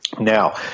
Now